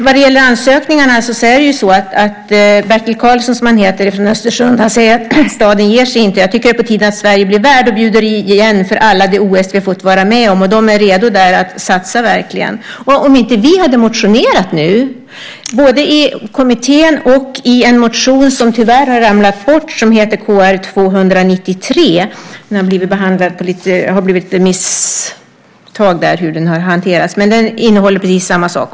Vad gäller ansökningarna säger Bertil Karlsson från Östersund att staden inte ger sig: Jag tycker att det är på tiden att Sverige blir värd och bjuder igen för alla de OS vi har fått vara med om. Där är de verkligen redo att satsa. Vi har motionerat både i kommittén och här i riksdagen. Motion Kr293 har tyvärr ramlat bort - det har varit ett misstag i hanteringen av den.